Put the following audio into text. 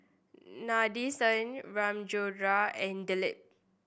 Nadesan Ramchundra and Dilip